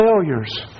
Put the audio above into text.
failures